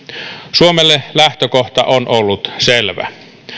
suomelle lähtökohta on ollut selvä